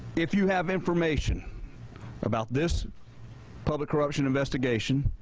if you have information about this public corruption investigation,